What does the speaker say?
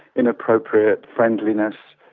inappropriate friendliness,